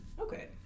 Okay